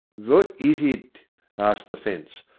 vot is id? asked the fence,